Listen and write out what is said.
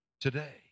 today